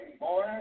boy